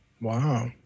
Wow